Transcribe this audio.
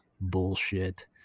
bullshit